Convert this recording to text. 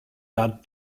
allowed